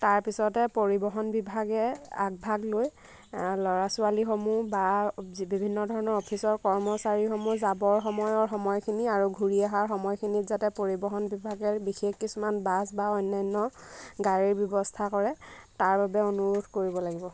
তাৰপিছতে পৰিবহণ বিভাগে আগভাগ লৈ ল'ৰা ছোৱালীসমূহ বা বিভিন্ন ধৰণৰ অফিচৰ কৰ্মচাৰীসমূহ যাবৰ সময়ৰ সময়খিনি আৰু ঘূৰি অহাৰ সময়খিনিত যাতে পৰিবহণ বিভাগে বিশেষ কিছুমান বাছ বা অন্যান্য গাড়ীৰ ব্যৱস্থা কৰে তাৰ বাবে অনুৰোধ কৰিব লাগিব